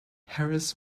harris